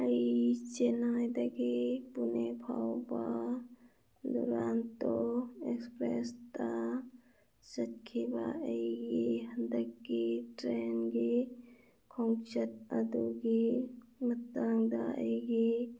ꯑꯩ ꯆꯦꯅꯥꯏꯗꯒꯤ ꯄꯨꯅꯦ ꯐꯥꯎꯕ ꯗꯨꯔꯥꯟꯇꯣ ꯑꯦꯛꯁꯄ꯭ꯔꯦꯁꯇ ꯆꯠꯈꯤꯕ ꯑꯩꯒꯤ ꯍꯟꯗꯛꯀꯤ ꯇ꯭ꯔꯦꯟꯒꯤ ꯈꯣꯡꯆꯠ ꯑꯗꯨꯒꯤ ꯃꯇꯥꯡꯗ ꯑꯩꯒꯤ